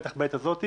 בטח בעת הזאת.